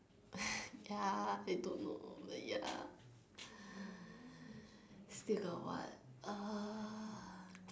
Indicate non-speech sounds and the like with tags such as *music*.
*breath* ya they don't know ya still got what uh